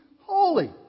holy